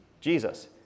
Jesus